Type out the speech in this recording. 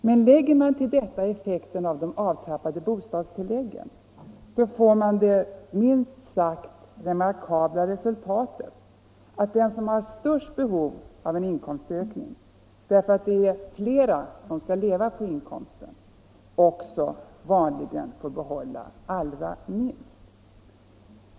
Men lägger man till detta effekten av de avtrappade bostadstillläggen, så får man det minst sagt remarkabla resultatet att den som har störst behov av en inkomstökning därför att det är flera som skall leva på inkomsten, också vanligen får behålla allra minst.